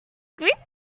group